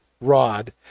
rod